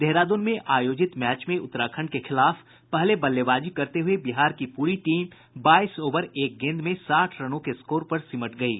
देहरादून में आयोजित मैच में उत्तराखंड के खिलाफ पहले बल्लेबाजी करते हुए बिहार की पूरी टीम बाईस ओवर एक गेंद में साठ रनों के स्कोर पर सिमट गयी